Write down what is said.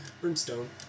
Brimstone